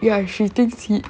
ya he thinks she